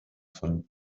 von